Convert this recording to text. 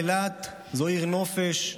אילת זו עיר נופש,